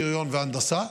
שריון והנדסה.